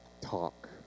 talk